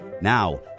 Now